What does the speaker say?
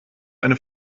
eine